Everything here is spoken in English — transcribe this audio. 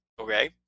okay